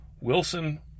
Wilson